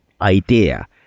idea